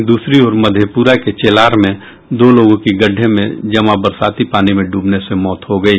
वहीं दूसरी ओर मधेपुरा के चेलार में दो लोगों की गड्डे में जमा बरसाती पानी में डूबने से मौत हो गयी